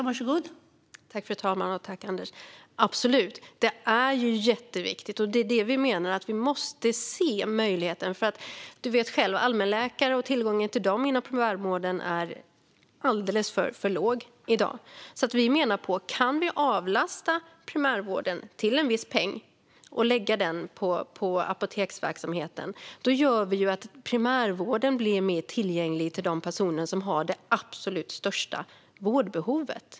Fru talman! Absolut, det är jätteviktigt. Det är det vi menar - att vi måste se möjligheten. Du vet själv, Anders, att tillgången till allmänläkare inom primärvården är alldeles för låg i dag. Om man kan avlasta primärvården till en viss peng och lägga den pengen på apoteksverksamheten menar vi alltså att man gör primärvården mer tillgänglig för de personer som har det absolut största vårdbehovet.